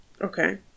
Okay